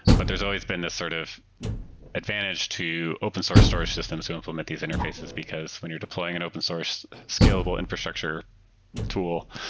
but there's always been the sort of advantage to open source storage systems who implement these interfaces, because when you're deploying an open source, scalable infrastructure tool,